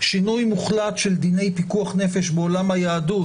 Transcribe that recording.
שינוי מוחלט של דיני פיקוח נפש בעולם היהדות,